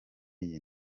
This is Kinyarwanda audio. iyi